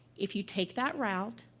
if you take that route,